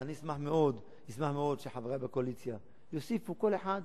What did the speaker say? אני אשמח מאוד אם חברי בקואליציה יוסיפו כל אחד